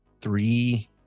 three